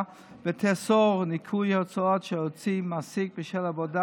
ותאסור ניכוי הוצאות שהוציא מעסיק בשל עבודה